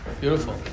Beautiful